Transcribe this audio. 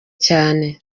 cyane